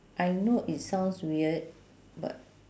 I know it sounds weird but